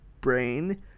brain